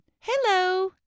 Hello